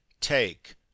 take